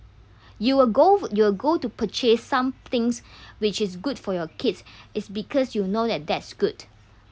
you will go you will go to purchase some things which is good for your kids is because you know that that's good